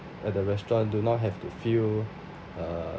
at the restaurant do not have to feel uh